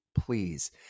please